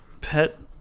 pet